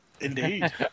Indeed